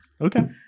Okay